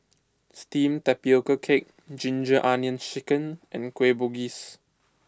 Steamed Tapioca Cake Ginger Onions Chicken and Kueh Bugis